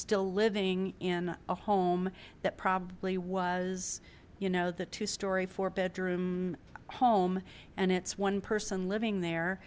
still living in a home that probably was you know the two story four bedroom home and it's one person living there